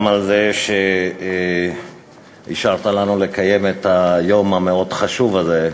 גם על זה שאישרת לנו לקיים את היום המאוד-חשוב הזה,